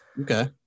okay